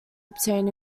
obtain